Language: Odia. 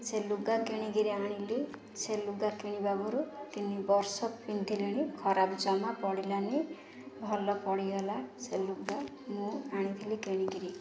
ସେ ଲୁଗା କିଣିକରି ଆଣିଲି ସେ ଲୁଗା କିଣିବା ପରଠୁ ତିନି ବର୍ଷ ପିନ୍ଧିଲିଣି ଖରାପ ଜମା ପଡ଼ିଲାନି ଭଲ ପଡ଼ିଗଲା ସେ ଲୁଗା ମୁଁ ଆଣିଥିଲି କିଣିକରି